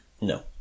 No